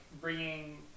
bringing